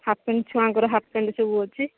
half pant ଛୁଆଙ୍କର half pant ସବୁ ଅଛି